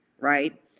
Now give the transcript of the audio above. right